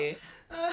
jesse